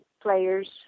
players